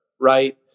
right